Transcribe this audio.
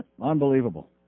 Unbelievable